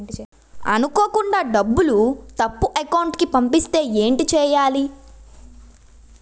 అనుకోకుండా డబ్బులు తప్పు అకౌంట్ కి పంపిస్తే ఏంటి చెయ్యాలి?